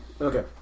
okay